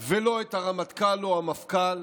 ולא את הרמטכ"ל או המפכ"ל,